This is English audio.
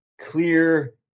clear